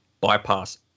bypass